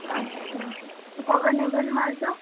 আচ্ছা তো কবে নেবেন মালটা